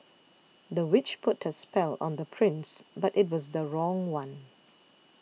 the witch put a spell on the prince but it was the wrong one